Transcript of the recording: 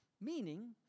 meaning